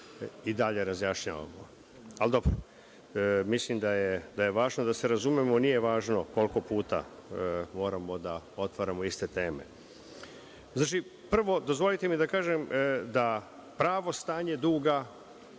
i dalje razjašnjavamo. Mislim, da je važno da se razumemo, nije važno koliko puta moramo da otvaramo iste teme. Znači, prvo, dozvolite mi da kažem da pravo stanje duga,